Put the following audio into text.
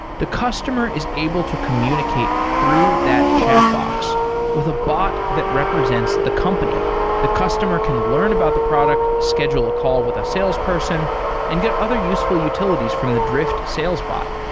the customer is able to communicate through that chatbox with a bot that represents the company the customer can learn about the product, schedule a call with a salesperson and get other useful utilities from the drift sales bot.